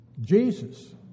Jesus